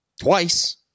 twice